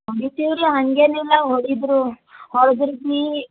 ಹೊಡಿತೀವಿ ರೀ ಹಾಗೇನಿಲ್ಲ ಹೊಡಿದರು ಹೊಡ್ದ್ರ ಬಿ